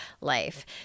life